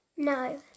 No